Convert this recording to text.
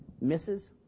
misses